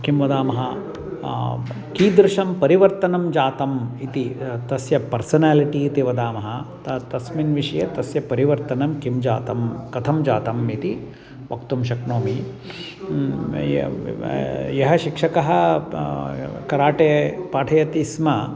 किं वदामः कीदृशं परिवर्तनं जातम् इति तस्य पर्सनालिटि इति वदामः ता तस्मिन् विषये तस्य परिवर्तनं किं जातं कथं जातम् इति वक्तुं शक्नोमि यः शिक्षकः कराटे पाठयति स्म